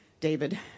David